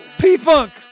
P-funk